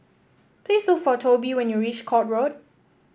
please look for Tobe when you reach Court Road